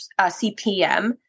CPM